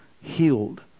healed